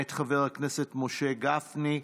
מאת חבר הכנסת משה גפני,